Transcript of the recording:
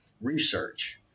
research